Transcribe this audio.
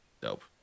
Dope